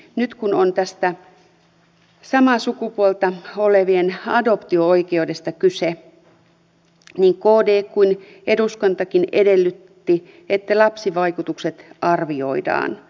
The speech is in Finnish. nyt kun on tästä samaa sukupuolta olevien adoptio oikeudesta kyse niin kd kuin eduskuntakin edellytti että lapsivaikutukset arvioidaan